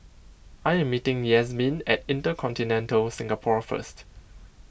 I am meeting Yasmeen at Intercontinental Singapore first